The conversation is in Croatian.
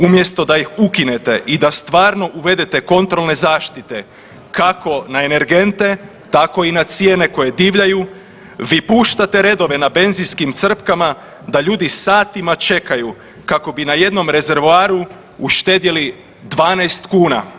Umjesto da ih ukinete i da stvarno uvedete kontrolne zaštite kako na energente tako i na cijene koje divljaju vi puštate redove na benzinskim crpkama da ljudi satima čekaju kako bi na jednom rezervoaru uštedjeli 12 kuna.